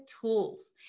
tools